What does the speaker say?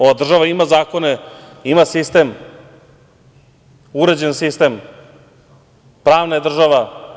Ova država ima zakone, ima sistem, uređen sistem, pravna je država.